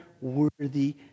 worthy